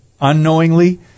unknowingly